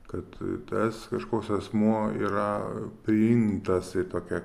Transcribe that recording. kad tas kažkoks asmuo yra priimtas į tokią